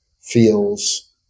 feels